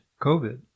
COVID